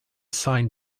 sign